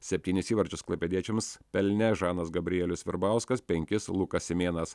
septynis įvarčius klaipėdiečiams pelnė žanas gabrielius virbauskas penkis lukas simėnas